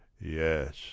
Yes